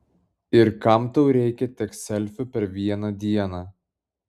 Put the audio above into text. ir kam tau reikia tiek selfių per vieną dieną